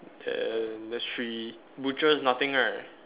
and that's three butchers nothing right